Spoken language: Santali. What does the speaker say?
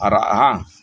ᱟᱨᱟᱜᱼᱟ